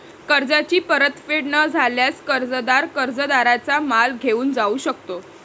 कर्जाची परतफेड न झाल्यास, कर्जदार कर्जदाराचा माल घेऊन जाऊ शकतो